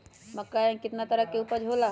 मक्का के कितना तरह के उपज हो ला?